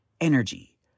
energy